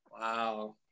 Wow